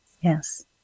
yes